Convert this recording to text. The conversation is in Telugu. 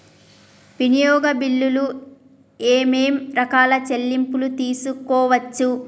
వినియోగ బిల్లులు ఏమేం రకాల చెల్లింపులు తీసుకోవచ్చు?